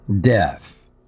death